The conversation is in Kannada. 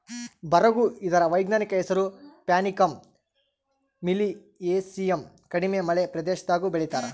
ಬರುಗು ಇದರ ವೈಜ್ಞಾನಿಕ ಹೆಸರು ಪ್ಯಾನಿಕಮ್ ಮಿಲಿಯೇಸಿಯಮ್ ಕಡಿಮೆ ಮಳೆ ಪ್ರದೇಶದಾಗೂ ಬೆಳೀತಾರ